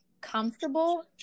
comfortable